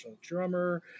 drummer